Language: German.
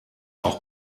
auch